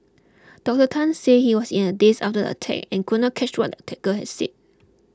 Doctor Tan said he was in a daze after the attack and could not catch what the attacker had said